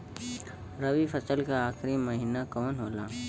रवि फसल क आखरी महीना कवन होला?